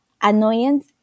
annoyance